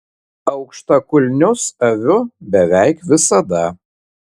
aukštakulnius aviu beveik visada